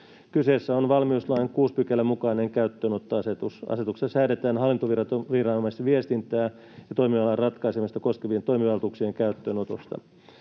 Kyseessä on valmiuslain 6 §:n mukainen käyttöönottoasetus. Asetuksessa säädetään hallintoviranomaisten viestintää ja toimialan ratkaisemista koskevien toimivaltuuksien käyttöönotosta.